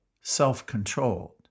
self-controlled